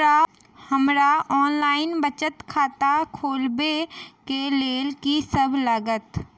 हमरा ऑनलाइन बचत खाता खोलाबै केँ लेल की सब लागत?